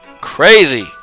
crazy